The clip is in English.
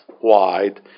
wide